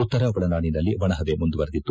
ಉತ್ತರ ಒಳನಾಡಿನಲ್ಲಿ ಒಣಪವೆ ಮುಂದುವರೆದಿತ್ತು